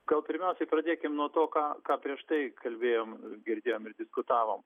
gal pirmiausiai pradėkime nuo to ką prieš tai kalbėjom girdėjom ir diskutavom